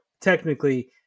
technically